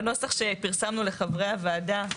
בנוסח שפרסמנו לחברי הוועדה,